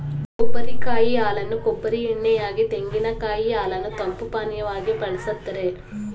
ಕೊಬ್ಬರಿ ಕಾಯಿ ಹಾಲನ್ನು ಕೊಬ್ಬರಿ ಎಣ್ಣೆ ಯಾಗಿ, ತೆಂಗಿನಕಾಯಿ ಹಾಲನ್ನು ತಂಪು ಪಾನೀಯವಾಗಿ ಬಳ್ಸತ್ತರೆ